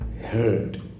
heard